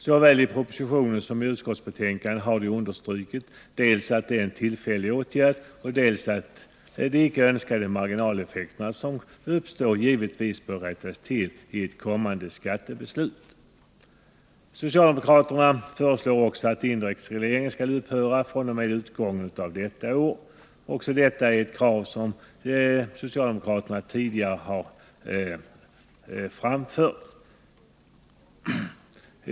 Såväl i propositionen som i utskottsbetänkandet har vi understrukit dels att det är en tillfällig åtgärd, dels att de icke önskade marginaleffekter som uppstår givetvis bör rättas till vid ett kommande skattebeslut. Socialdemokraterna föreslår också att indexregleringen skall upphöra fr.o.m. utgången av detta år. Även detta är ett krav som socialdemokraterna tidigare har framfört.